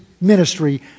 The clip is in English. ministry